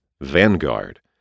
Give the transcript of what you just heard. Vanguard